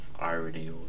irony